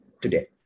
today